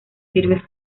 sirve